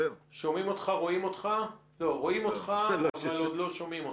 רואים אותך, אבל עוד לא שומעים אותך.